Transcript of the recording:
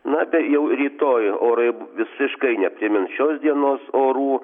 na jau rytoj orai visiškai neprimins šios dienos orų